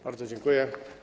Bardzo dziękuję.